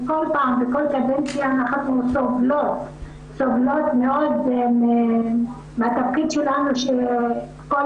בכל קדנציה אנחנו סובלות מאוד בתפקיד שלנו מכך שכל